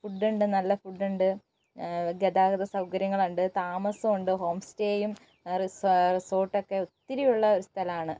ഫുഡ്ഡുണ്ട് നല്ല ഫുഡ്ഡുണ്ട് ഗതാഗത സൗകര്യങ്ങളുണ്ട് താമസമുണ്ട് ഹോം സ്റ്റേയും റിസോർട്ടൊക്കെ ഒത്തിരിയുള്ള ഒരു സ്ഥലമാണ്